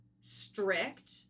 strict